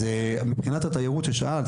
אז מבחינת התיירות ששאלת,